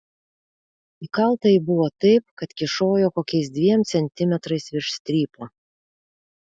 įkalta ji buvo taip kad kyšojo kokiais dviem centimetrais virš strypo